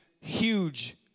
huge